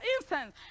incense